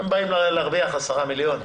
אתם באים להרוויח 10 מיליון?